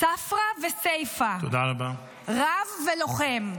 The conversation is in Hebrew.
ספרא וסייפא, רב ולוחם.